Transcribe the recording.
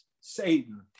Satan